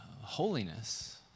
holiness